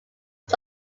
was